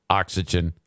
oxygen